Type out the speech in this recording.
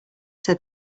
said